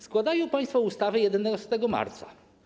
Składają państwo ustawę 11 marca.